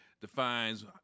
defines